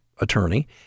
attorney